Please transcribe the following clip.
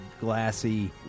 glassy